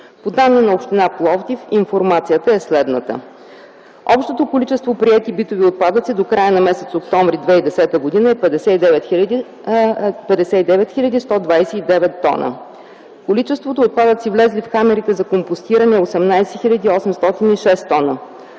По данни на община Пловдив информацията е следната: общото количество приети битови отпадъци до края на м. октомври 2010 г. е 59 129 тона. Количествата отпадъци, влезли в камерите за компостиране е 18 806 тона.